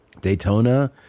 Daytona